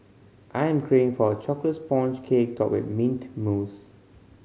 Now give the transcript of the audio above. I'm craving for a chocolate sponge cake topped with mint mousse